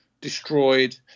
destroyed